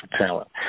talent